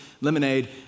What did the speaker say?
lemonade